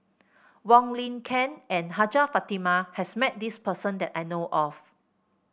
Wong Lin Ken and Hajjah Fatimah has met this person that I know of